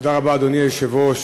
תודה רבה, אדוני היושב-ראש.